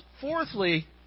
fourthly